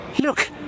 Look